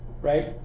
Right